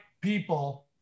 people